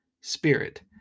spirit